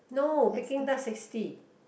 no Peking-duck sixty